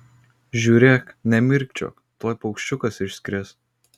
žiūrėk nemirkčiok tuoj paukščiukas išskris